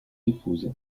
épouse